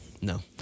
No